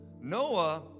Noah